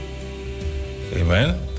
amen